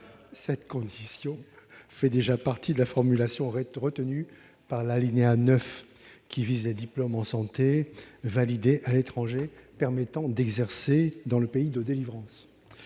cette condition fait déjà partie de la formulation retenue par l'alinéa 9, qui vise les diplômes en santé validés à l'étranger « permettant d'exercer dans le pays de délivrance